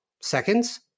seconds